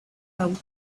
out